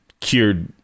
cured